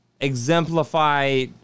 exemplify